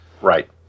Right